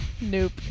Nope